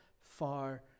far